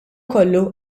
kollu